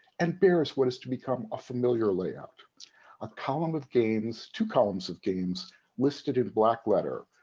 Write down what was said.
and bears what is to become a familiar layout a column of games two columns of games listed in black letter,